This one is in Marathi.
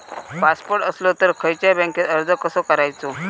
पासपोर्ट असलो तर खयच्या बँकेत अर्ज कसो करायचो?